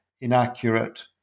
inaccurate